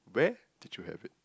where did you have it